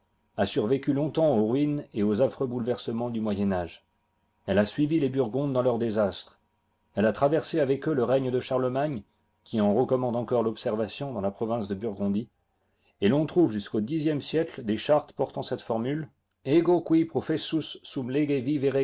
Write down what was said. a survécu longtemps aux ruines et aux affreux bouleversements du moyen âge elle a suivi les burgondcs dans leurs désastres elle a traversé avec eux le règne de cbarlemagne qui en recommande encore l'observation dans la province de burgondie et l'on trouve jusqu'au x e siècle des chartes portant cette formule ego qui